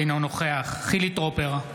אינו נוכח חילי טרופר,